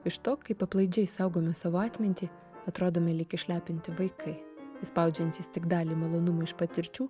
iš to kaip aplaidžiai saugome savo atmintį atrodome lyg išlepinti vaikai išspaudžiantys tik dalį malonumo iš patirčių